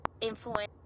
influence